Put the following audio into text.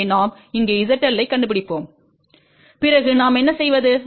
எனவே நாம் இங்கே zL ஐக் கண்டுபிடிப்போம் பிறகு நாம் என்ன செய்வது